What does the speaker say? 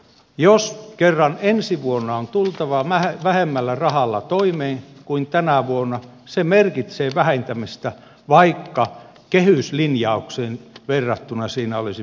jos kerran ensi vuonna on tultava vähemmällä rahalla toimeen kuin tänä vuonna se merkitsee vähentämistä vaikka kehyslinjaukseen verrattuna siinä olisi pientä lisäystä